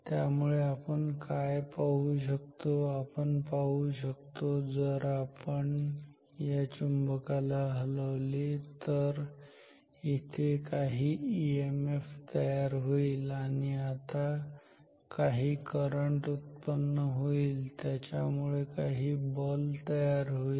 त्यामुळे आपण काय पाहू शकतो आपण पाहू शकतो की जर आपण पण या चुंबकाला हलवले तर इथे काही ईएमएफ तयार होईल आणि काही करंट उत्पन्न होईल त्याच्यामुळे काही बल तयार होईल